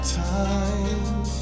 time